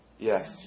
Yes